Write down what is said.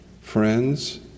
friends